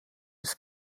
ist